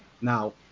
now